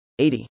80